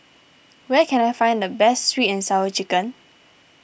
where can I find the best Sweet and Sour Chicken